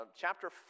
chapter